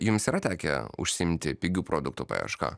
jums yra tekę užsiimti pigių produktų paieška